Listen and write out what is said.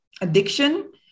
addiction